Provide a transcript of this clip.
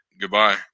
Goodbye